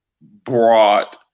brought